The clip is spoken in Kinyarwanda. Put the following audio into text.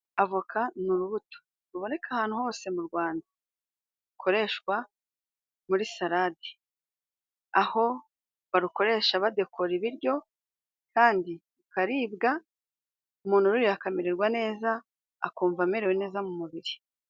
Avoka ni urubuto ruboneka ahantu hose mu Rwanda rukoreshwa muri sarade, aho barukoresha badekora ibiryo kandi rukaribwa umuntu ururiye akamererwa neza, akumva amerewe neza mu mubiri.